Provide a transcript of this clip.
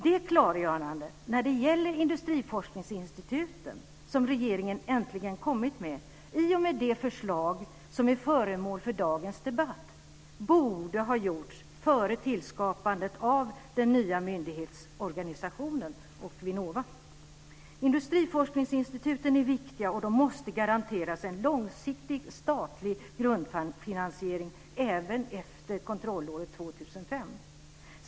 Det klargörande om industriforskningsinstituten som regeringen äntligen kommit med i och med det förslag som är föremål för dagens debatt, borde ha gjorts före tillskapandet av den nya myndighetsorganisationen och Vinnova. Industriforskningsinstituten är viktiga, och de måste garanteras en långsiktig statlig grundfinansiering även efter kontrollåret 2005.